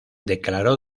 declaró